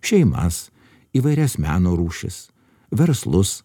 šeimas įvairias meno rūšis verslus